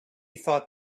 thought